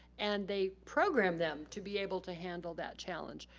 and they program them to be able to handle that challenge.